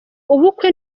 ubukwe